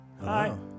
Hi